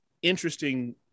interesting